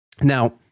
Now